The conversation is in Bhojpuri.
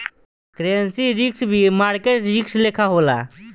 करेंसी रिस्क भी मार्केट रिस्क लेखा होला